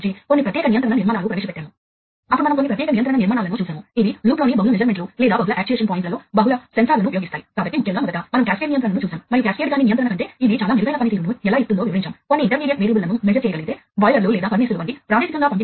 కాబట్టి పర్యావరణం చాలా నాయిస్ ని కలిగి ఉంటుంది కాబట్టి డేటా పాడయ్యే అవకాశాలు వాస్తవానికి చాలా ఎక్కువ మరియు రెండవ విషయం ఏమిటంటే పాడైన డేటా ను కలిగి ఉండటం వలన కలిగే పరిణామాలు ఎందుకంటే ఇది నియంత్రణ అనువర్తనం ఎందుకంటే మనం ఈ కోర్సుపై చాలాసార్లు నొక్కి చెప్పుకున్నాం